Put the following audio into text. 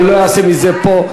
אני לא אעשה מזה פה,